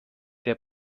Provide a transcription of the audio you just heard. der